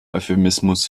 euphemismus